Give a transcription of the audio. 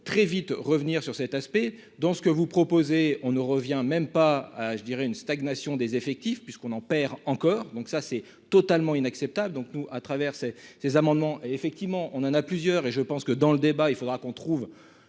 très vite revenir sur cet aspect dans ce que vous proposez, on ne reviens même pas à je dirais une stagnation des effectifs puisqu'on en perd encore, donc ça c'est totalement inacceptable, donc nous à travers ces ces amendements et effectivement on en a plusieurs, et je pense que dans le débat, il faudra qu'on trouve,